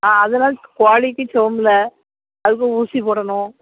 ஆ அதெலாம் கோழிக்கு சோமுல அதுக்கும் ஊசி போடணும்